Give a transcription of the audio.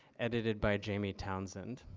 edited by jamie townsend.